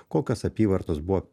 kokios apyvartos buvo